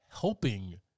helping